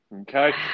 Okay